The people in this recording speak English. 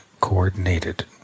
coordinated